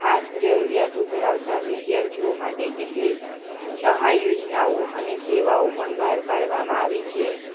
ખાસ જરૂરીયાતો ધરાવતા વિદ્યાર્થીઓ માટે કેટલીક સહાય યોજનાઓ અને સેવાઓ પણ બાર પાડવામાં આવી છે